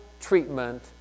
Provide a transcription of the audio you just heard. treatment